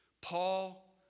Paul